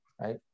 right